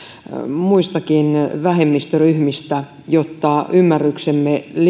muistakin vähemmistöryhmistä jotta ymmärryksemme